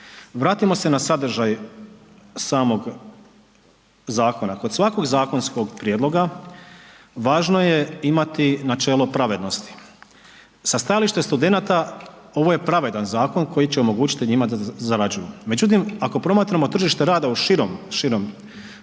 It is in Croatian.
Vratimo se na sadržaj samog zakona. Kod svakog zakonskog prijedloga važno je imati načelo pravednosti, sa stajališta studenata ovo je pravedan zakon koji će omogućiti njima da zarađuju. Međutim, ako promatramo tržište rada u široj jednoj